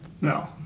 No